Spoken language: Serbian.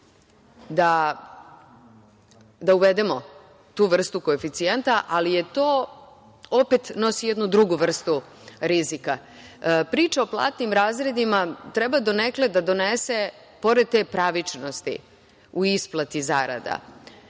da uvedemo tu vrstu koeficijenta, ali to opet nosi jednu drugu vrstu rizika. Priča o platnim razredima treba donekle da donese, pored te pravičnosti u isplati zaradi